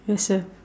yes sir